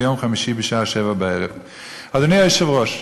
ביום חמישי בשעה 19:00. אדוני היושב-ראש,